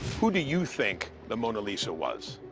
who do you think the mona lisa was?